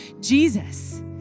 Jesus